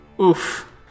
Oof